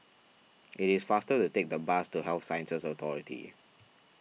it is faster to take the bus to Health Sciences Authority